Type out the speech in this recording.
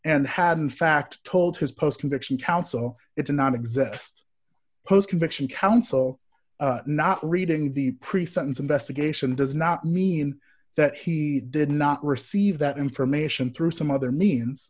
and had in fact told his post conviction counsel it did not exist post conviction counsel not reading the pre sentence investigation does not mean that he did not receive that information through some other